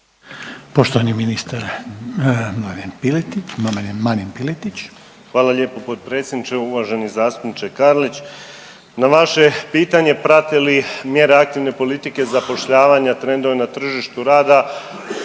Poštovani ministar Marin Piletić.